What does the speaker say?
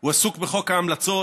הוא עסוק בחוק ההמלצות,